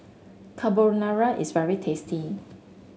carbonara is very tasty